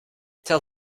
tell